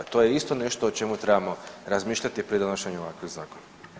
To je isto nešto o čemu trebamo razmišljati pri donošenju ovakvih zakona.